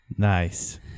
Nice